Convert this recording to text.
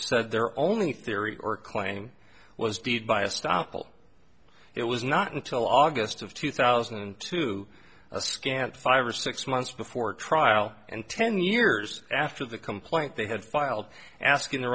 said there are only theory or claim was did biased aapl it was not until august of two thousand and two a scant five or six months before trial and ten years after the complaint they had filed asking the